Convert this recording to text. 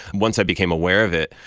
once i became aware of it,